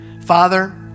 Father